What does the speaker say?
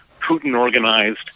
Putin-organized